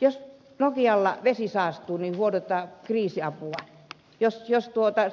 jos nokialla vesi saastuu niin huudetaan kriisiapua jos